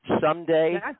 Someday